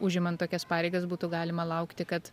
užimant tokias pareigas būtų galima laukti kad